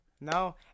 no